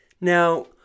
Now